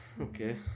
okay